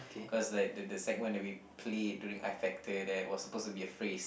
cause like the the segment that we played during I Factor there was supposed to be a phrase